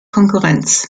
konkurrenz